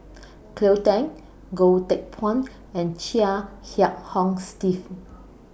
Cleo Thang Goh Teck Phuan and Chia Kiah Hong Steve